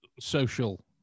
social